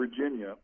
virginia